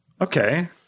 Okay